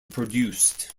produced